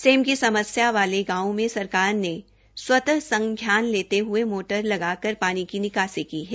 same की समस्या वाले गांवों में सरकार ने स्वतः संजान लेते हए माप्टरें लगाकर पानी की निकासी की है